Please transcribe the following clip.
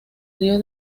río